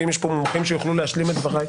ואם יש כאן מומחים שיוכלו להשלים את דבריי,